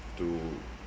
to